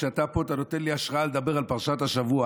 כשאתה פה אתה נותן לי השראה לדבר על פרשת השבוע.